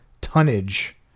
tonnage